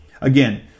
again